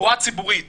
תחבורה ציבורית